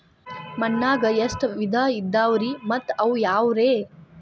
ಮಣ್ಣಾಗ ಎಷ್ಟ ವಿಧ ಇದಾವ್ರಿ ಮತ್ತ ಅವು ಯಾವ್ರೇ?